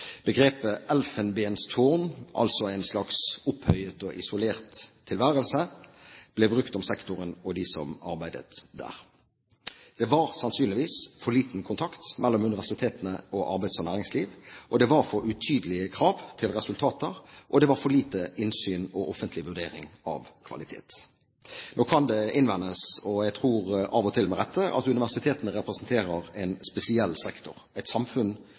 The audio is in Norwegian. altså en slags opphøyet og isolert tilværelse, ble brukt om sektoren og de som arbeidet der. Det var sannsynligvis for liten kontakt mellom universitetene og arbeids- og næringsliv, det var for utydelige krav til resultater, og det var for lite innsyn og offentlig vurdering av kvalitet. Nå kan det innvendes, og jeg tror av og til med rette, at universitetene representerer en spesiell sektor, et samfunn